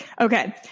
Okay